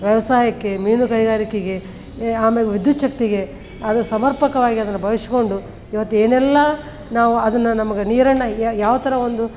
ವ್ಯವಸಾಯಕ್ಕೆ ಮೀನು ಕೈಗಾರಿಕೆಗೆ ಆಮೇಲೆ ವಿದ್ಯುಚ್ಛಕ್ತಿಗೆ ಅದು ಸಮರ್ಪಕವಾಗಿ ಅದನ್ನು ಬಳಸ್ಕೊಂಡು ಇವತ್ತು ಏನೆಲ್ಲ ನಾವು ಅದನ್ನು ನಮ್ಗೆ ನೀರನ್ನು ಯಾವ ಥರ ಒಂದು